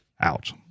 out